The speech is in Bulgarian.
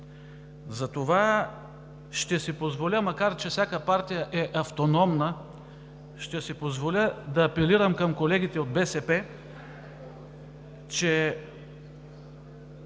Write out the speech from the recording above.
Затова ще си позволя, макар че всяка партия е автономна, да апелирам към колегите от БСП, пак